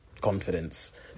confidence